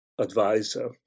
advisor